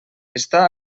està